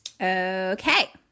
Okay